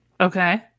Okay